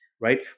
right